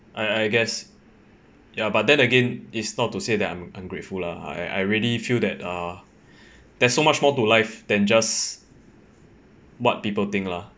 I I guess ya but then again it's not to say that I'm ungrateful lah I I really feel that uh there's so much more to life than just what people think lah